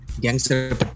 Gangster